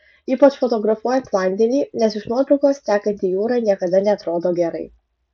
ypač fotografuojant vandenį nes iš nuotraukos tekanti jūra niekada neatrodo gerai